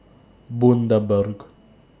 Bundaberg